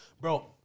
bro